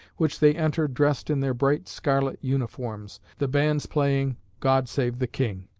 which they entered dressed in their bright scarlet uniforms, the bands playing god save the king.